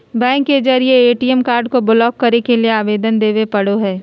bank के जरिए ATM card को ब्लॉक करे के लिए आवेदन देबे पड़ो हइ